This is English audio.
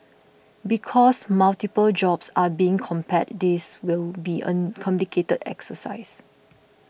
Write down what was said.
because multiple jobs are being compared this will be an complicated exercise